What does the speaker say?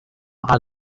are